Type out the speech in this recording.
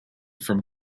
from